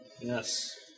Yes